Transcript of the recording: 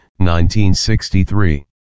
1963